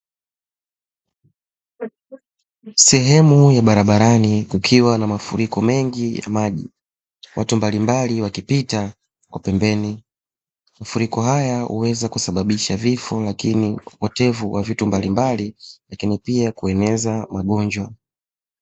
Sehemu ya barabarani kukiwa na mafuriko mengi ya maji, watu mbalimbali wakipita kwa pembeni, mafuriko haya huweza kusababisha vifo lakini upotevu wa vitu mbalimbali, lakini pia kueneza magonjwa.